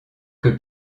que